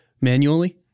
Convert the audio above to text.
Manually